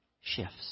shifts